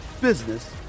business